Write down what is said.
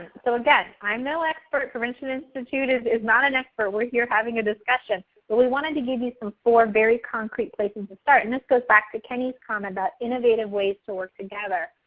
so again, i'm no expert, prevention institute is is not an expert, we're here having a discussion, but we wanted to give you some four very concrete places to start. and this goes back to kenny's comment about innovative ways to work together.